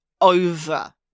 over